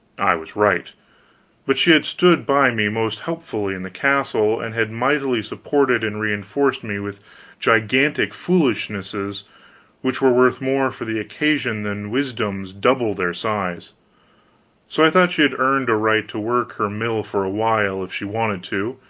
i was right but she had stood by me most helpfully in the castle, and had mightily supported and reinforced me with gigantic foolishnesses which were worth more for the occasion than wisdoms double their size so i thought she had earned a right to work her mill for a while, if she wanted to,